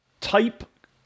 Type